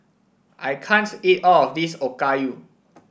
I can't eat all of this Okayu